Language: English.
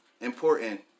Important